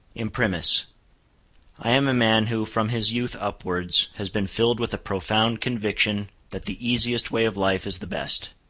imprimis i am a man who, from his youth upwards, has been filled with a profound conviction that the easiest way of life is the best.